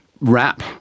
wrap